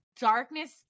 darkness